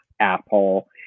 Apple